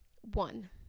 One